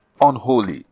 unholy